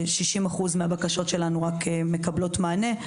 כלומר רק 60% מן הבקשות שלנו מקבלות מענה,